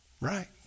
Right